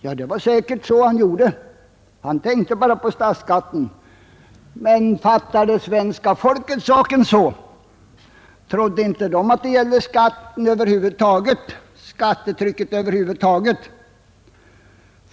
Ja, han gjorde säkerligen så — han tänkte bara på statsskatten. Men fattade svenska folket saken på det viset? Trodde inte medborgarna att det gällde skattetrycket över huvud taget?